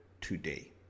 today